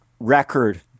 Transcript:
record